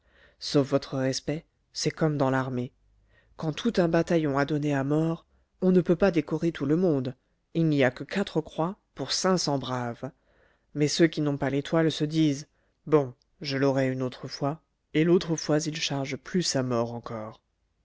sauf votre respect c'est comme dans l'armée quand tout un bataillon a donné à mort on ne peut pas décorer tout le monde il n'y a que quatre croix pour cinq cents braves mais ceux qui n'ont pas l'étoile se disent bon je l'aurai une autre fois et l'autre fois ils chargent plus à mort encore